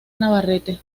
navarrete